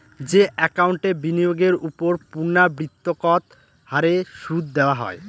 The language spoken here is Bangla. যে একাউন্টে বিনিয়োগের ওপর পূর্ণ্যাবৃত্তৎকত হারে সুদ দেওয়া হয়